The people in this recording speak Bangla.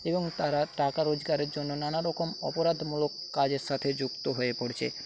এবং তারা টাকা রোজগারের জন্য নানারকম অপরাধমূলক কাজের সাথে যুক্ত হয়ে পড়ছে